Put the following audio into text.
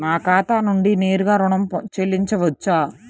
నా ఖాతా నుండి నేరుగా ఋణం చెల్లించవచ్చా?